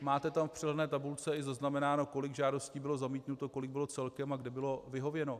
Máte tam v přehledné tabulce i zaznamenáno, kolik žádostí bylo zamítnuto, kolik bylo celkem a kde bylo vyhověno.